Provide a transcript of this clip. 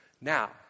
now